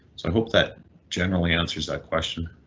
so i hope that generally answers that question.